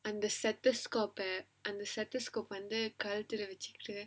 and the stethescope ah வந்து கழுத்துல வச்சிக்கிட்டு:vandhu kaluthula vachikittu